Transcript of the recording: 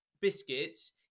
biscuits